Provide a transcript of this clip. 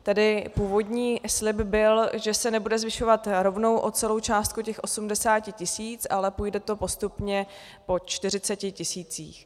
Tedy původní slib byl, že se nebude zvyšovat rovnou o celou částku těch 80 tisíc, ale půjde to postupně po 40 tisících.